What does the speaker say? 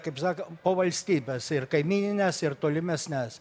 kaip sako po valstybes ir kaimynines ir tolimesnes